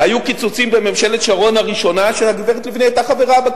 היו קיצוצים בממשלת שרון הראשונה שהגברת לבני היתה חברה בה,